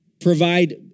provide